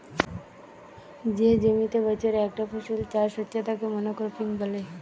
যে জমিতে বছরে একটা ফসল চাষ হচ্ছে তাকে মনোক্রপিং বলে